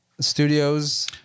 Studios